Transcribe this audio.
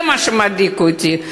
זה מה שמדאיג אותי.